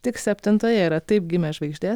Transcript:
tik septintoje yra taip gimė žvaigždė